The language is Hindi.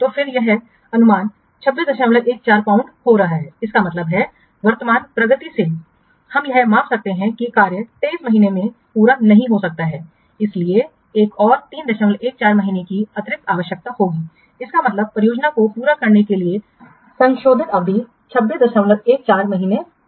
तो फिर यह अनुपात 2614 पाउंड हो रहा है इसका मतलब है वर्तमान प्रगति से हम यह माप सकते हैं कि कार्य 23 महीने में पूरा नहीं हो सकता है इसके लिए एक और 314 महीने की अतिरिक्त आवश्यकता होगी इसका मतलब है परियोजना को पूरा करने के लिए संशोधित अवधि 2614 महीने होगी